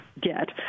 get